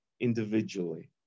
individually